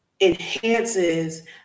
enhances